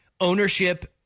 ownership